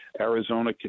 Arizona